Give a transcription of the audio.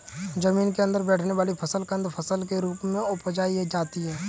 जमीन के अंदर बैठने वाली फसल कंद फसल के रूप में उपजायी जाती है